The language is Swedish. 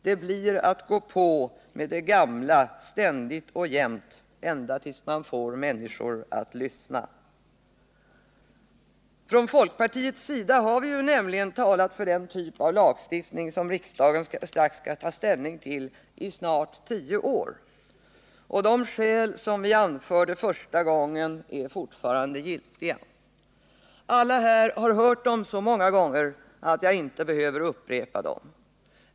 Det blir att gå på med det gamla ständigt och jämt, ända tills man får människor att lyssna.” Från folkpartiets sida har vi talat för den typ av lagstiftning som riksdagen strax skall ta ställning till i snart tio år. Och de skäl som vi anförde första gången är fortfarande giltiga. Alla här har hört dem så många gånger att jag inte behöver upprepa dem.